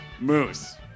Moose